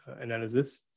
analysis